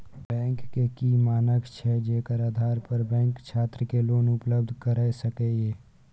Bank के की मानक छै जेकर आधार पर बैंक छात्र के लोन उपलब्ध करय सके ये?